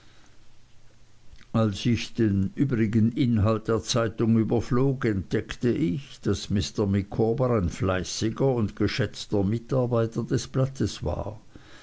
als ich den übrigen inhalt der zeitung überflog entdeckte ich daß mr micawber ein fleißiger und geschätzter mitarbeiter des blattes war